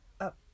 up